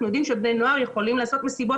אנחנו יודעים שבני נוער יכולים לעשות מסיבות